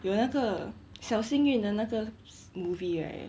有那个小幸运的那个 movie right